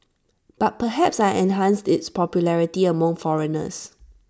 but perhaps I enhanced its popularity among foreigners